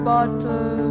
bottle